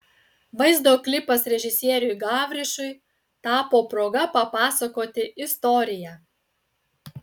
vaizdo klipas režisieriui gavrišui tapo proga papasakoti istoriją